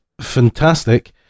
fantastic